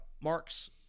mark's